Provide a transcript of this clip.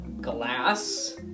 Glass